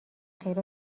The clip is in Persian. خیر